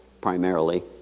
primarily